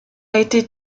été